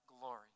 glory